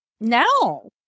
No